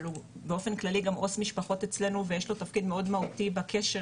אבל באופן כללי הוא גם עו"ס משפחות אצלנו ויש לו תפקיד מאוד מהותי בקשר